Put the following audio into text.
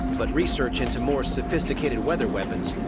but research into more sophisticated weather weapons,